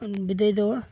ᱵᱤᱫᱟᱹᱭ ᱫᱚ